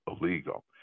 illegal